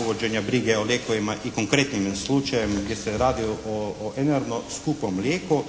uvođenja brige o lijekovima i konkretnim slučajem gdje se radi o enormno skupom lijeku,